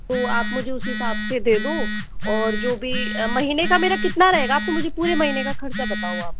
तो आप मुझे उस हिसाब से दे दो और जो भी महीने का मेरा कितना रहेगा अब तो मुझे पूरे महीने का खर्चा बताओ आप